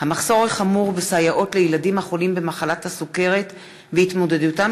המחסור החמור בסייעות לילדים החולים במחלת הסוכרת והתמודדותם